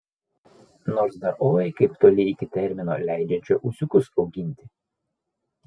nors dar oi kaip toli iki termino leidžiančio ūsiukus auginti